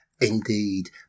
Indeed